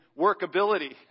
workability